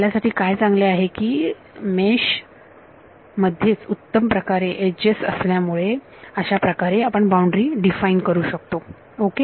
आपल्यासाठी काय चांगले आहे की मेश मध्येच उत्तम प्रकारे एजेस असल्यामुळे अशाप्रकारे आपण बाउंड्री डिफाइन करू शकतो ओके